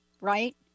right